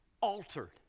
altered